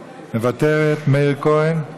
מוותרת, מאיר כהן,